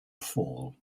fall